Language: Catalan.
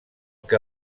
que